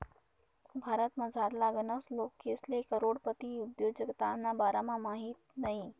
भारतमझारला गनच लोकेसले करोडपती उद्योजकताना बारामा माहित नयी